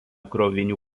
krovinių